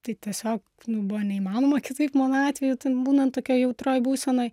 tai tiesiog buvo neįmanoma kitaip mano atveju ten būnant tokioj jautrioj būsenoj